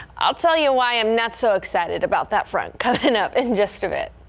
i'll tell you whyer i'm not so excited about that front coming up in just a bit.